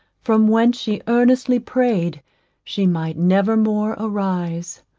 from whence she earnestly prayed she might never more arise.